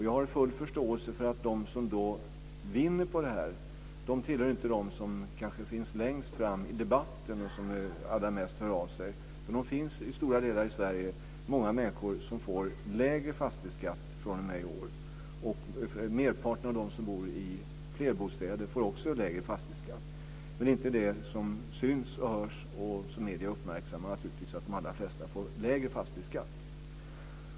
Jag har full förståelse för att de som vinner på det här inte tillhör dem som hör av sig allra mest och finns längst fram i debatten, men det finns i stora delar av Sverige många människor som fr.o.m. i år får lägre fastighetsskatt. Också merparten av dem som bor i flerbostäder får lägre fastighetsskatt, men det som syns och hörs mest och som uppmärksammas av medierna är inte att de allra flesta får lägre fastighetsskatt.